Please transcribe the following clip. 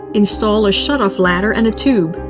install a shut-off ladder and a tube,